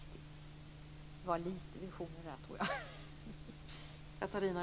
Det var lite visioner där, tror jag.